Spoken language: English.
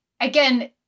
again